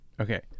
Okay